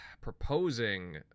proposing